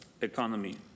economy